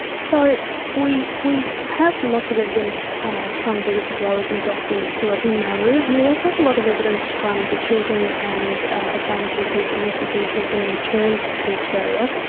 so we we have lots of evidence from the whistle-blowers and doctors who are in nauru and we also have a lot of evidence from the children and asylum seekers and refugees who have been returned to australia.